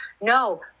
no